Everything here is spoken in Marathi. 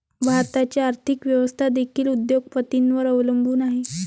भारताची आर्थिक व्यवस्था देखील उद्योग पतींवर अवलंबून आहे